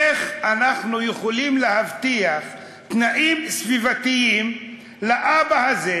איך אנחנו יכולים להבטיח תנאים סביבתיים לאבא הזה,